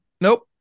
Nope